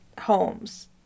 homes